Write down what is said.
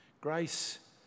Grace